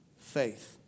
faith